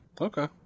Okay